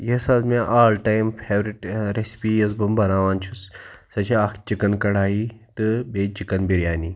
یۄس حظ مےٚ آل ٹایم فیورِٹ ریسِپی یۄس بہٕ بَناوان چھُس سۄ چھِ اَکھ چِکَن کَڑایی تہٕ بیٚیہِ چِکَن بِریانی